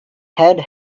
head